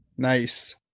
Nice